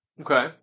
Okay